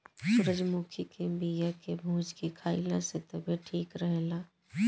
सूरजमुखी के बिया के भूंज के खाइला से तबियत ठीक रहेला